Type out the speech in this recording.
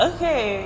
Okay